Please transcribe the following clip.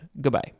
Goodbye